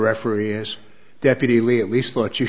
referee is deputy least thought you